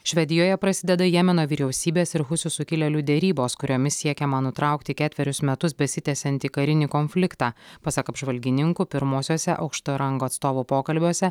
švedijoje prasideda jemeno vyriausybės ir husių sukilėlių derybos kuriomis siekiama nutraukti ketverius metus besitęsiantį karinį konfliktą pasak apžvalgininkų pirmuosiuose aukšto rango atstovų pokalbiuose